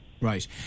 Right